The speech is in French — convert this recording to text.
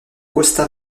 costa